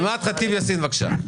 אימאן ח'טיב יאסין בבקשה.